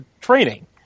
training